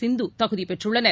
சிந்து தகுதி பெற்றுள்ளனர்